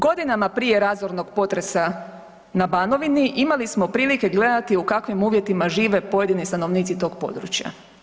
Godinama prije razornog potresa na Banovini imali smo prilike gledati u kakvim uvjetima žive pojedini stanovnici tog područja.